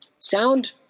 sound